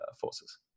forces